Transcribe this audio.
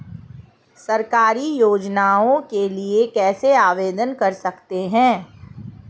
सरकारी योजनाओं के लिए कैसे आवेदन कर सकते हैं?